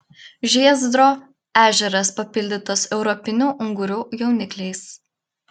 žiezdro ežeras papildytas europinių ungurių jaunikliais